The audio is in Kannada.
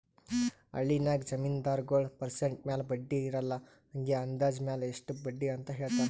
ಹಳ್ಳಿನಾಗ್ ಜಮೀನ್ದಾರಗೊಳ್ ಪರ್ಸೆಂಟ್ ಮ್ಯಾಲ ಬಡ್ಡಿ ಇರಲ್ಲಾ ಹಂಗೆ ಅಂದಾಜ್ ಮ್ಯಾಲ ಇಷ್ಟ ಬಡ್ಡಿ ಅಂತ್ ಹೇಳ್ತಾರ್